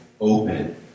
open